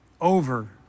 over